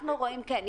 כן.